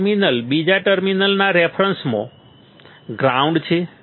એક ટર્મિનલ બીજા ટર્મિનલના રેફરન્સમાં ગ્રાઉન્ડ છે